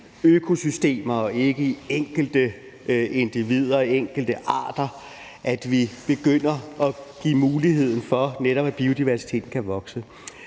økosystemer og ikke i enkelte individer og enkelte arter, sådan at vi begynder at give muligheden for, at netop biodiversiteten kan vokse.